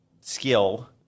skill